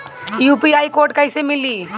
UPI code कैसे मिली?